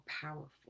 powerful